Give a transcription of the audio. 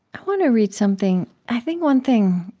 i want to read something i think one thing,